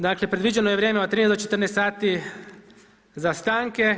Dakle, predviđeno je vrijeme od 13 do 14 sati za stanke.